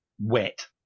wet